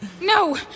No